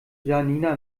janina